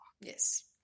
Yes